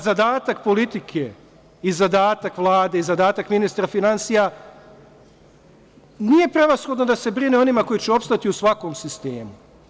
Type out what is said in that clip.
Zadatak politike i zadatak Vlade i zadatak ministra finansija nije prevashodno da se brine o onima koji će opstati u svakom sistemu.